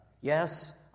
yes